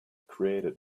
created